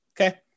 okay